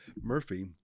Murphy